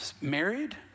married